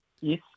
Yes